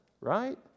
right